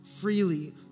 freely